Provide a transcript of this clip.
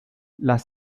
las